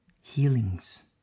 healings